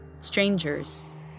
strangers